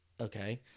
okay